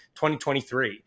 2023